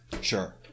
Sure